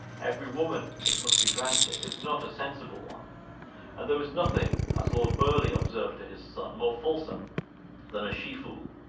every woman, it must be granted, is not a sensible one and there is nothing, as lord burleigh observed to his son, more fulsome than a she foole.